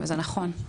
זה נכון.